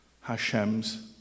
Hashem's